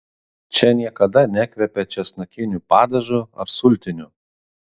čia niekada nekvepia česnakiniu padažu ar sultiniu